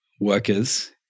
workers